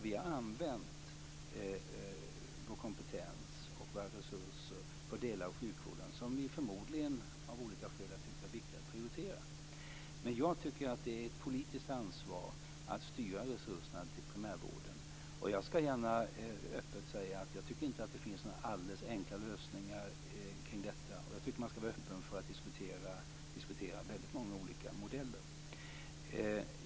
Vi har använt vår kompetens och våra resurser till delar av sjukvården som vi förmodligen, av olika skäl, har tyckt varit viktiga att prioritera. Men jag tycker att det är ett politiskt ansvar att styra resurserna till primärvården. Jag skall gärna öppet säga att jag inte tycker att det finns några enkla lösningar kring detta, och man skall vara öppen för att diskutera många olika modeller.